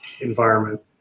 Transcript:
environment